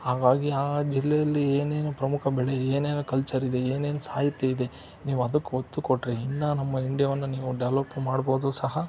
ಹಾಗಾಗಿ ಆ ಜಿಲ್ಲೆಯಲ್ಲಿ ಏನೇನು ಪ್ರಮುಖ ಬೆಳೆ ಏನೇನು ಕಲ್ಚರ್ ಇದೆ ಏನೇನು ಸಾಹಿತ್ಯ ಇದೆ ನೀವು ಅದಕ್ಕೆ ಒತ್ತು ಕೊಟ್ಟರೆ ಇನ್ನು ನಮ್ಮ ಇಂಡ್ಯಾವನ್ನು ನೀವು ಡೆವಲಪ್ ಮಾಡ್ಬೋದು ಸಹ